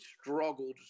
struggled